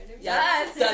Yes